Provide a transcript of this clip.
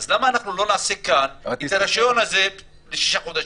אז למה לא נעשה כאן את הרישיון הזה לשישה חודשים?